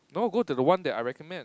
no go to the one that I recommend